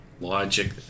Logic